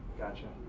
gotcha.